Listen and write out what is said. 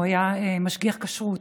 הוא היה משגיח כשרות,